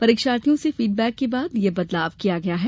परीक्षार्थियों से फीडबैक के बाद यह बदलाव किया गया है